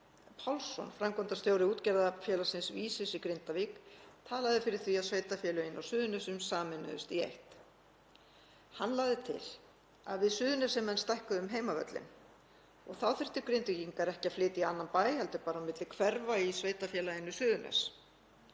Pálsson, framkvæmdastjóri útgerðarfélagsins Vísis í Grindavík, talaði fyrir því að sveitarfélögin á Suðurnesjum sameinuðust í eitt. Hann lagði til að við Suðurnesjamenn stækkuðum heimavöllinn. Þá þyrftu Grindvíkingar ekki að flytja í annan bæ heldur bara á milli hverfa í sveitarfélaginu Suðurnes.